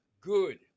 good